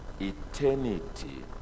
eternity